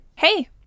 Hey